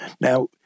Now